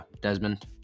Desmond